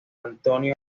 antonio